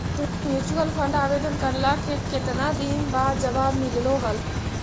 तोरा mutual fund आवेदन करला के केतना दिन बाद जवाब मिललो हल?